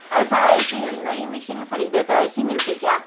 ایسا ایسی نئی مشین خریدے تو ایسی ملتی کیا